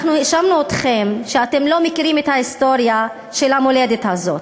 אנחנו האשמנו אתכם שאתם לא מכירים את ההיסטוריה של המולדת הזאת,